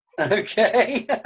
Okay